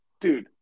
Dude